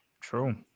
true